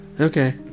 Okay